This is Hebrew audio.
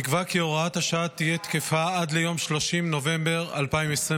נקבע כי הוראת השעה תהיה תקפה עד ליום 30 בנובמבר 2024,